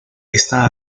está